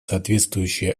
соответствующие